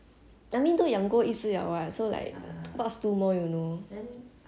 but then the two rabbits the got one very competitive so like 它每次吃东西的时候 right